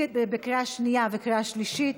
לקריאה שנייה וקריאה שלישית.